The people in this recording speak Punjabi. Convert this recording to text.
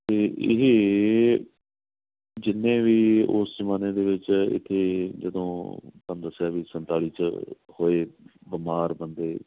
ਅਤੇ ਇਹ ਜਿੰਨੇ ਵੀ ਉਸ ਜ਼ਮਾਨੇ ਦੇ ਵਿੱਚ ਇੱਥੇ ਜਦੋਂ ਤੁਹਨੂੰ ਦੱਸਿਆ ਵੀ ਸੰਤਾਲੀ 'ਚ ਹੋਏ ਬਿਮਾਰ ਬੰਦੇ